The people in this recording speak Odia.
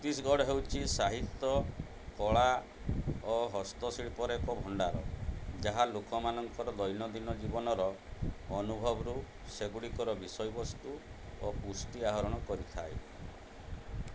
ଛତିଶଗଡ଼ ହେଉଛି ସାହିତ୍ୟ କଳା ଓ ହସ୍ତଶିଳ୍ପର ଏକ ଭଣ୍ଡାର ଯାହା ଲୋକମାନଙ୍କ ଦୈନନ୍ଦିନ ଜୀବନର ଅନୁଭବରୁ ସେଗୁଡ଼ିକର ବିଷୟବସ୍ତୁ ଓ ପୁଷ୍ଟି ଆହରଣ କରିଥାଏ